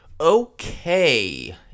Okay